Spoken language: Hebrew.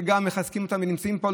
שגם מחזקים אותה ונמצאים פה,